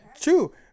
true